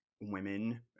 women